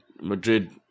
Madrid